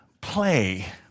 play